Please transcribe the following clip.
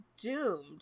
Doomed